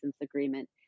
agreement